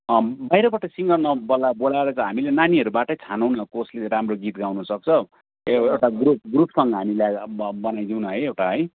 बाहिरबाट सिङ्गर नबोला बोलाएर त हामीले नानीहरूबाटै छानौँ न कसले राम्रो गीत गाउनुसक्छ एउ एउटा ग्रुप ग्रुप सङ हामीलाई अब अब बनाइदिऊँ न है एउटा है